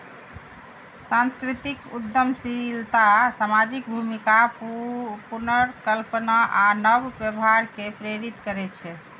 सांस्कृतिक उद्यमशीलता सामाजिक भूमिका पुनर्कल्पना आ नव व्यवहार कें प्रेरित करै छै